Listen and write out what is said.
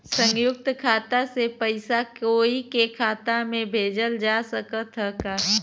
संयुक्त खाता से पयिसा कोई के खाता में भेजल जा सकत ह का?